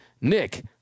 Nick